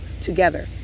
together